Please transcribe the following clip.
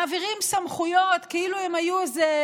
מעבירים סמכויות כאילו הן היו איזה